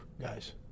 guys